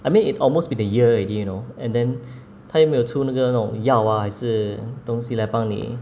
I mean it's almost been a year already you know and then 他又没有出那个那种药啊还是东西来帮你